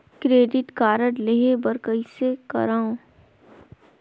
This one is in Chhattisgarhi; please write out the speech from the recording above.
क्रेडिट कारड लेहे बर कइसे करव?